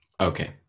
Okay